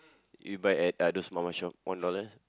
you buy at uh those Mama shop one dollar